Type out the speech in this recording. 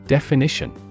Definition